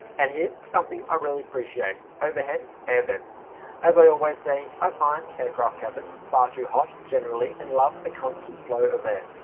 and here's something i really appreciate, overhead air vents as i always say i find aircraft cabins far too hot generally and love a constant flow of air.